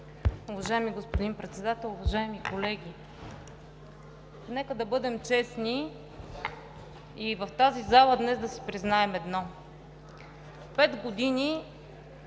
Уважаеми господин Председател, уважаеми колеги! Нека бъдем честни и в тази зала днес да си признаем едно – пет години